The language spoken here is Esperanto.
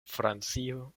francio